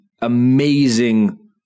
amazing